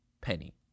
penny